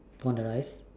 on the rice